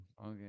Okay